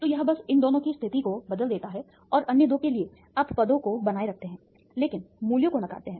तो यह बस इन दोनों की स्थिति को बदल देता है और अन्य दो के लिए आप पदों को बनाए रखते हैं लेकिन मूल्यों को नकारते हैं